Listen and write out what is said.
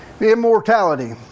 immortality